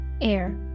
Air